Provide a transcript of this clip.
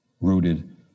rooted